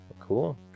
Cool